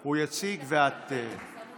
כשהוא הגיע פעם